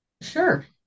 Sure